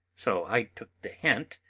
so i took the hint,